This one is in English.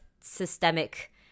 systemic